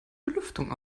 belüftung